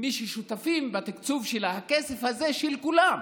מי ששותפים בתקצוב שלה, הכסף הזה של כולם,